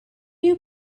you